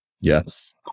Yes